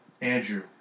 Andrew